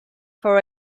for